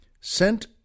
sent